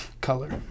color